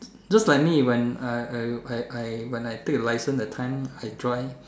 those like me when I I I I when I take license that time I drive